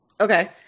Okay